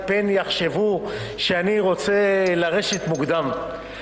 פן יחשבו שאני רוצה לרשת מוקדם,